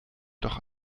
doch